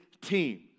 team